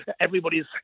everybody's